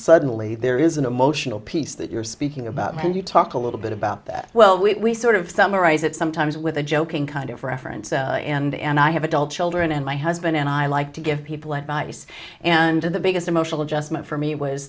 suddenly there is an emotional piece that you're speaking about and you talk a little bit about that well we sort of summarize it sometimes with a joking kind of reference and i have adult children and my husband and i like to give people advice and the biggest emotional adjustment for me was